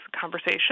conversation